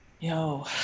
Yo